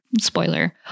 spoiler